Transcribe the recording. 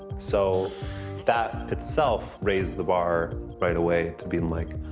so that itself raised the bar right away to be like,